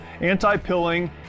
anti-pilling